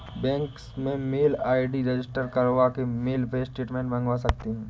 bank में mail ID register करवा के मेल पे स्टेटमेंट मंगवा सकते है